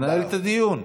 לנהל את הדיון.